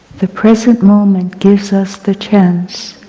the present moment gives us the chance